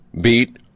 beat